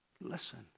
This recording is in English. Listen